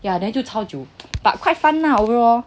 yeah then 就超久 but quite fun lah overall